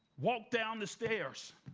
walked down the stairs,